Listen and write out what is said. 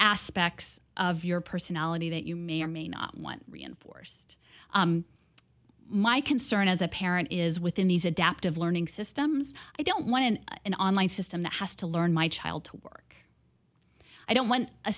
aspects of your personality that you may or may not want reinforced my concern as a parent is within these adaptive learning systems i don't want an online system that has to learn my child to work i don't want a